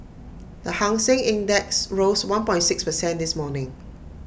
the hang Seng index rose one point six per cent this morning